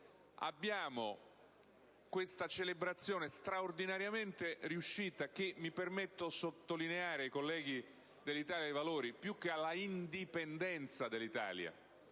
e ora questa celebrazione straordinariamente riuscita, che, mi permetto di sottolineare, rivolgendomi ai colleghi dell'Italia dei Valori, più che all'indipendenza dell'Italia,